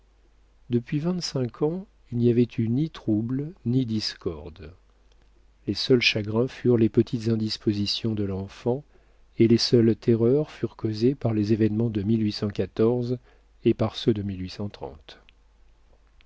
depuis vingt-cinq ans il n'y avait eu ni troubles ni discordes les seuls chagrins furent les petites indispositions de l'enfant et les seules terreurs furent causées par les événements de et par ceux de